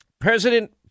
president